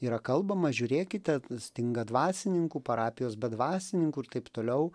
yra kalbama žiūrėkite stinga dvasininkų parapijos be dvasininkų ir taip toliau